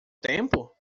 tempo